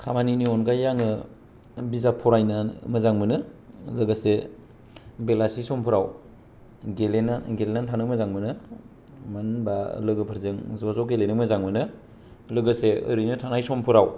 खामानिनि अनगायै आङो बिजाब फरायनो मोजां मोनो लोगोसे बेलासि समफोराव गेलेनो गेलेनानै थानो मोजां मोनो मानो होनबा लोगोफोरजों ज' ज' गेलेनो मोजां मोनो लोगोसे ओरैनो थानाय समफोराव